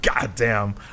goddamn